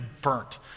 burnt